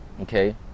Okay